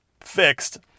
fixed